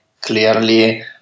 clearly